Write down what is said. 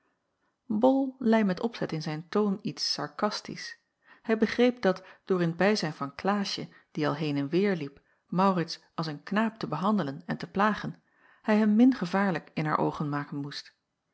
bol leî met opzet in zijn toon iets sarkastisch hij begreep dat door in t bijzijn van klaasje die al heen en weêr liep maurits als een knaap te behandelen en te plagen hij hem min gevaarlijk in haar oogen maken moest